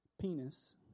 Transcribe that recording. penis